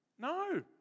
No